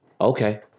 Okay